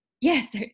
Yes